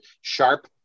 sharp